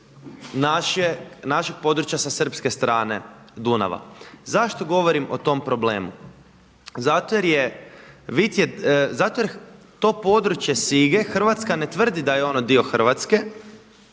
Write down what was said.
se nalazi sa srpske strane Dunava. Zašto govorim o tom problemu? Zato jer to područje Sige Hrvatske ne tvrdi da je ono dio Hrvatske,